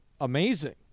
amazing